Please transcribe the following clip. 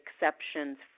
exceptions